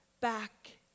back